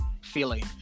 feeling